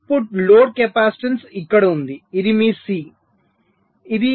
output load capacitance ఇక్కడ ఉంటుంది ఇది మీ C